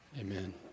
Amen